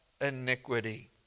iniquity